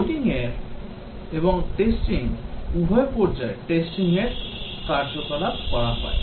coding এবং testing উভয় পর্যায়ে testing এর কার্যকলাপ করা হয়